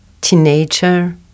teenager